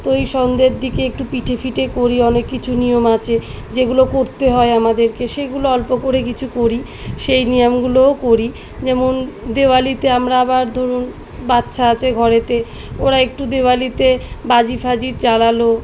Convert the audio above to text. তো এই সন্ধ্যের দিকে একটু পিঠে ফিটে করি অনেক কিছু নিয়ম আছে যেগুলো করতে হয় আমাদেরকে সেগুলো অল্প করে কিছু করি সেই নিয়মগুলোও করি যেমন দেওয়ালিতে আমরা আবার ধরুন বাচ্চা আছে ঘরেতে ওরা একটু দেওয়ালিতে বাজি ফাজি জ্বালালো